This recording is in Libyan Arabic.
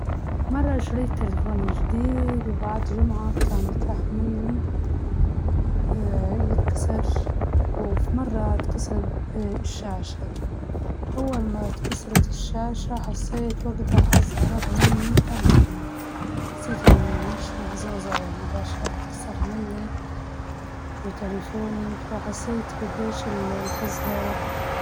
كنت نحب مادة التاريخ، لإنها كانت زي القصص، وحدات نتعلم منها كيف الناس كانوا عايشين وتفكيرهم، وكنت نشوفها ممتعة أكتر من باقي المواد.